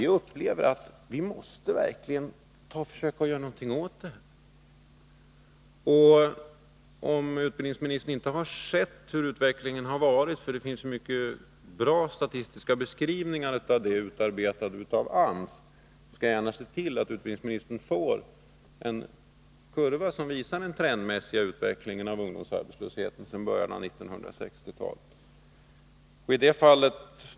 Vi upplever nämligen att vi verkligen måste göra någonting åt situationen. Om utbildningsministern inte har sett hur utvecklingen varit — det finns mycket bra statistiska beskrivningar utarbetade av AMS -— skall jag gärna se till att utbildningsministern får statistik som visar den trendmässiga utvecklingen av ungdomsarbetslösheten sedan början av 1960-talet.